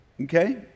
Okay